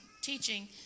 teaching